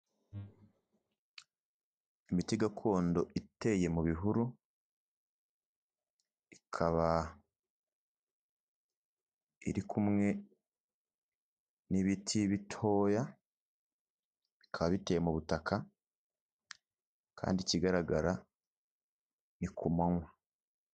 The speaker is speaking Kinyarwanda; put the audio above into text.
Imiti gakondo iteye mu bihuru, ikaba iri kumwe n'ibiti bitoya, bikaba biteye mu butaka kandi ikigaragara ni ku manywa.